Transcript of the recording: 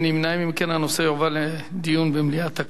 אם כן, הנושא יועבר לדיון במליאת הכנסת.